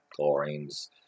chlorines